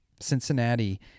Cincinnati